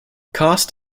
cast